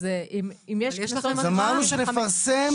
אמרנו שנפרסם.